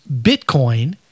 Bitcoin